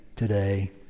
Today